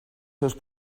seus